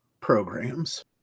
programs